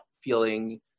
feeling